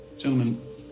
Gentlemen